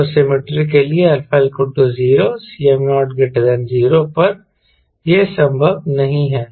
तो सिमैट्रिक के लिए α 0 Cm00 पर यह संभव नहीं है